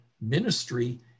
ministry